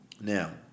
Now